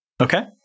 Okay